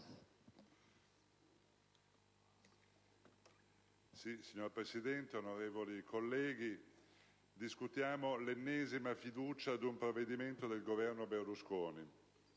Signor Presidente, onorevoli colleghi, discutiamo l'ennesima fiducia ad un provvedimento del Governo Berlusconi.